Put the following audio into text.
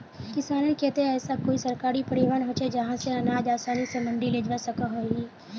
किसानेर केते ऐसा कोई सरकारी परिवहन होचे जहा से अनाज आसानी से मंडी लेजवा सकोहो ही?